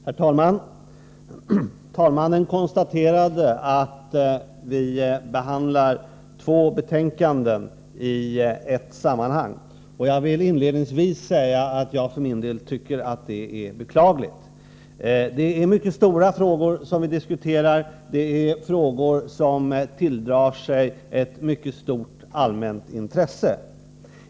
Herr talman! Talmannen konstaterade att vi skall behandla två betänkanden i ett sammanhang. Jag vill inledningsvis säga att jag tycker att detta är beklagligt. Vi skall diskutera omfattande frågor, vilka tilldrar sig ett mycket stort allmänt intresse.